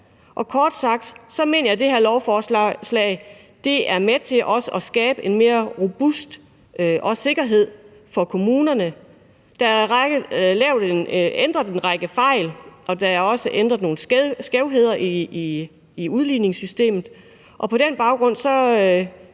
Kort sagt mener jeg, at det her lovforslag er med til også at skabe en mere robust sikkerhed for kommunerne. Der er rettet en række fejl, der er også blevet rettet op på nogle skævheder i udligningssystemet. På den baggrund